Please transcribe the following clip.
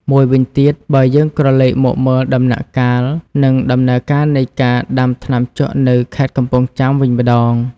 មួយវិញទៀតបើយើងក្រលេកមកមើល ដំណាក់កាល និងដំណើរការនៃការដាំថ្នាំជក់នៅខេត្តកំពង់ចាមវិញម្តង។